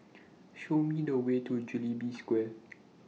Show Me The Way to Jubilee Square